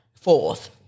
Fourth